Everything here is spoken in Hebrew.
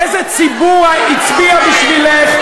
איזה ציבור הצביע בשבילך?